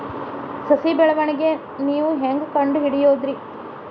ಸಸಿ ಬೆಳವಣಿಗೆ ನೇವು ಹ್ಯಾಂಗ ಕಂಡುಹಿಡಿಯೋದರಿ?